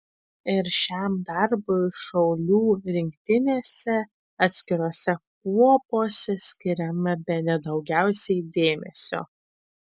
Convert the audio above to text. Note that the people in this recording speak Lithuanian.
ir šiam darbui šaulių rinktinėse atskirose kuopose skiriama bene daugiausiai dėmesio